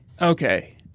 Okay